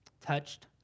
touched